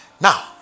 Now